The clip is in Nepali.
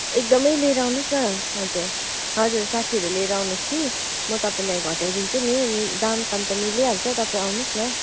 एकदमै लिएर आउनुहोस् न हजुर हजुर साथीहरू लिएर आउनुहोस् कि म तपाईँलाई घटाइदिन्छु नि दामकाम त मिलिहाल्छ तपाईँ आउनुहोस् न